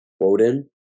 Odin